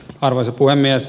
arvoisa puhemies